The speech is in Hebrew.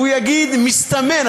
והוא יגיד: מסתמן,